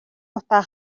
утаа